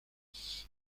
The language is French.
neuf